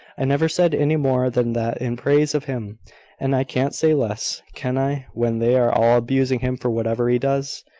i never said any more than that in praise of him and i can't say less, can i, when they are all abusing him for whatever he does?